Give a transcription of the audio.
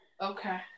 Okay